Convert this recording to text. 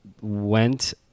went